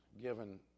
given